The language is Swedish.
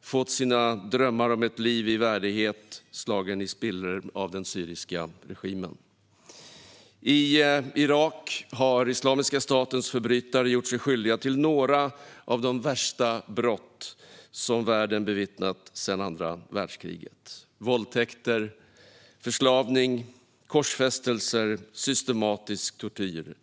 och fått sina drömmar om ett liv i värdighet slagna i spillror av den syriska regimen. I Irak har Islamiska statens förbrytare gjort sig skyldiga till några av de värsta brott som världen bevittnat sedan andra världskriget. Det har rört sig om våldtäkter, förslavning, korsfästelser och systematisk tortyr.